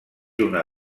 una